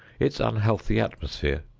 its unhealthy atmosphere,